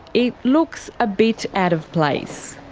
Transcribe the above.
it looks a bit out of place.